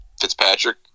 Fitzpatrick